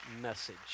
message